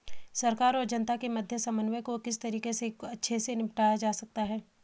सरकार और जनता के मध्य समन्वय को किस तरीके से अच्छे से निपटाया जा सकता है?